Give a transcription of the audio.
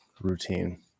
routine